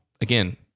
again